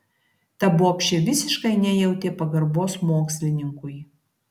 ta bobšė visiškai nejautė pagarbos mokslininkui